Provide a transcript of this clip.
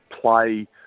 play